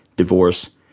divorce,